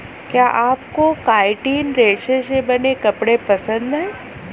क्या आपको काइटिन रेशे से बने कपड़े पसंद है